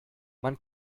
man